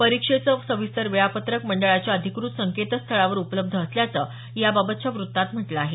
परीक्षेचं सविस्तर वेळापत्रक मंडळाच्या अधिकृत संकेतस्थळावर उपलब्ध असल्याचं याबाबतच्या वृत्तात म्हटलं आहे